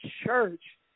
church